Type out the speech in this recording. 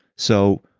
so,